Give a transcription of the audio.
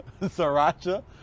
Sriracha